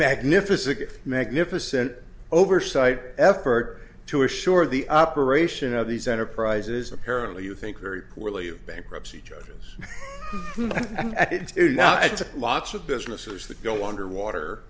magnificent magnificent oversight effort to assure the operation of these enterprises apparently you think very poorly of bankruptcy judges and lots of businesses that go underwater